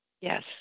Yes